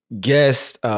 guest